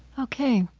ok.